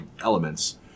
elements